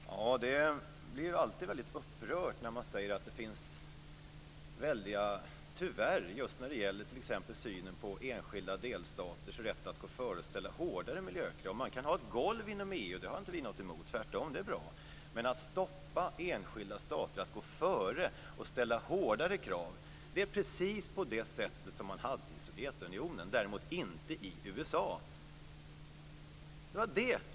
Fru talman! Det blir alltid väldigt upprört när man säger att det tyvärr brister t.ex. när det gäller synen på enskilda delstaters rätt att gå före och ställa hårdare miljökrav. Man kan ha ett golv inom EU - det har vi inget emot, utan det är tvärtom bra - men att hindra enskilda stater från att gå före och ställa hårdare krav är helt i linje med vad som skedde i Sovjetunionen, däremot inte med vad som sker i USA.